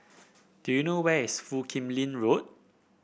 do you know where is Foo Kim Lin Road